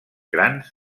grans